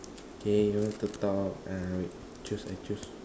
okay you want to talk uh wait I choose I choose